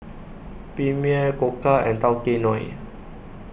Premier Koka and Tao Kae Noi